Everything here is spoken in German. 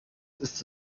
ist